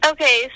Okay